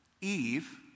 Eve